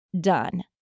done